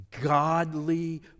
godly